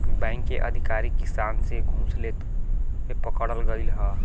bank के अधिकारी किसान से घूस लेते पकड़ल गइल ह